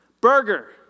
Burger